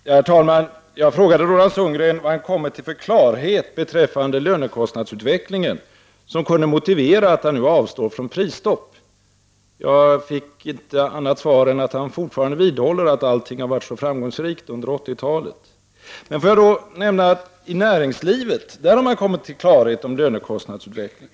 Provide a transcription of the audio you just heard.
Herr talman! Jag frågade Roland Sundgren vad han har kommit till för klarhet beträffande lönekostnadsutvecklingen, som kunde motivera att han nu avstår från prisstopp. Jag fick svaret att han fortfarande vidhåller att allting har varit så framgångsrikt under 80-talet. I näringslivet har man emellertid kommit till klarhet när det gäller lönekostnadsutvecklingen.